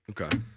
Okay